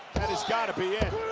that has gotta be it